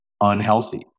unhealthy